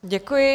Děkuji.